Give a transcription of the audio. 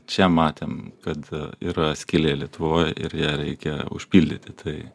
čia matėm kad yra skylė lietuvoj ir ją reikia užpildyti tai